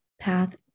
path